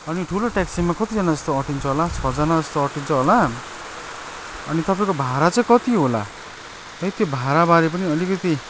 अनि ठुलो ट्याक्सीमा कति जाना जस्तो अटिन्छ होला छजाना जस्तो अटिन्छ होला अनि तपाईँको भाडा चाहिँ कति होला है त्यो भाडाबारे पनि अलिकति